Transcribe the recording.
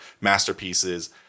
masterpieces